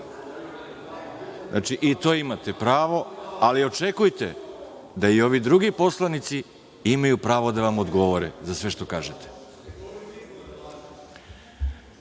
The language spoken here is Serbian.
pravo, i to imate pravo, ali očekujte da i ovi drugi poslanici imaju pravo da vam odgovore za sve što kažete. Ne